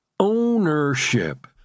ownership